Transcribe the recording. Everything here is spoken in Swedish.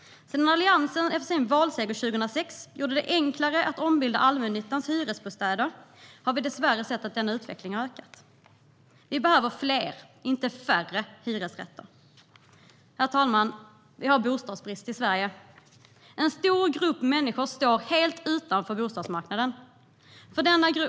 Sedan Alliansen efter sin valseger 2006 gjorde det enklare att ombilda allmännyttans hyresrätter har vi dessvärre sett att denna utveckling har accelererat. Vi behöver fler hyresrätter - inte färre. Herr talman! Vi har bostadsbrist i Sverige. En stor grupp människor står helt utanför bostadsmarknaden.